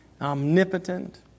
omnipotent